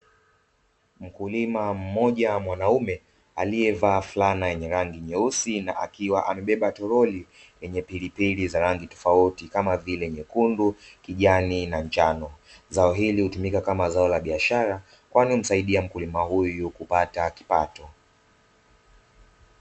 Mkulima mmoja mwanaume aliyevaa fulana yenye rangi nyeusi na akiwa amebeba toroli lenye pilipili za rangi tofautitofauti, kama vile: nyekundu, kijani na njano. Zao hili hutumika kama zao la biashara kwani humzsaidia mkulima huyu kupata kipato.